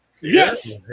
Yes